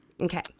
Okay